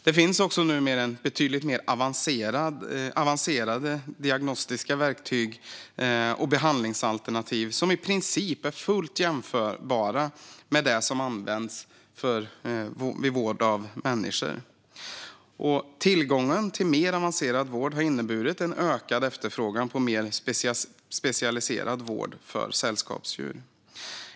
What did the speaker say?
Det finns numera också betydligt mer avancerade diagnostiska verktyg och behandlingsalternativ, som i princip är fullt jämförbara med dem som används vid vård av människor. Tillgången till mer avancerad vård har inneburit en ökad efterfrågan på mer specialiserad vård för sällskapsdjur.